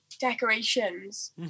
decorations